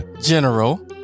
General